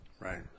Right